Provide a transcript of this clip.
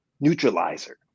neutralizer